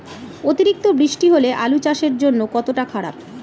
অতিরিক্ত বৃষ্টি হলে আলু চাষের জন্য কতটা খারাপ?